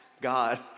God